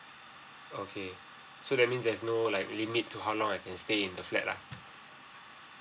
okay so that means there's no like limit to how long I can stay in the flat lah